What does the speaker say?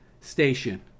station